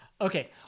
Okay